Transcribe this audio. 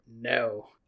No